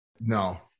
No